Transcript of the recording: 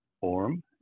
forum